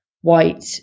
white